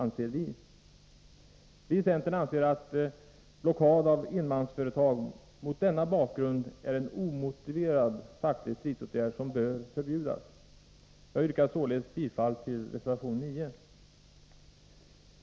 Vi i centern anser mot denna bakgrund att blockad av enmansföretag är en omotiverad facklig stridsåtgärd som bör förbjudas. Jag yrkar således bifall till reservation 9.